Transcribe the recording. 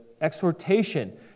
exhortation